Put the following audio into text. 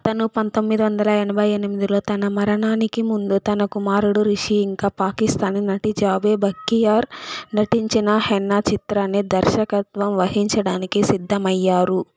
అతను పంతొమ్మిది వందల ఎనభై ఎనిమిదిలో తన మరణానికి ముందు తన కుమారుడు రిషి ఇంకా పాకిస్థానీ నటి జెబా బక్తియార్ నటించిన హెన్నా చిత్రాన్ని దర్శకత్వం వహించడానికి సిద్ధమయ్యారు